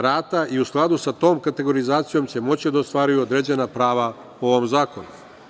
Rata, i u skladu sa tom kategorizacijom, će moći da ostvaruju određena prava po ovom zakonu.